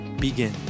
begin